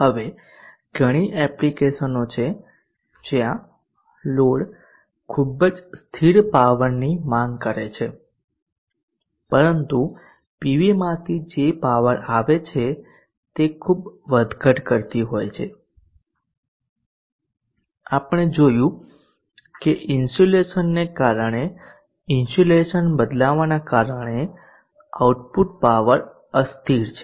હવે એવી ઘણી એપ્લિકેશનો છે જ્યાં લોડ ખૂબ જ સ્થિર પાવરની માંગ કરી શકે છે પરંતુ પીવીમાંથી જે પાવર આવે છે તે ખૂબ વધઘટ કરતી હોય છે આપણે જોયું કે ઇન્સ્યુલેશનને કારણે ઇન્સ્યુલેશન બદલાવાના કારણે આઉટપુટ પાવર અસ્થિર છે